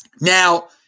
Now